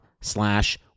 slash